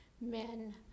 men